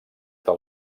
del